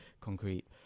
concrete